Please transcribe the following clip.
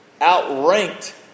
outranked